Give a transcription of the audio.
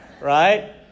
right